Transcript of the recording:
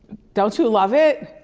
don't you love it?